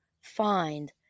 find